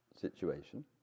situation